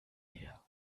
leer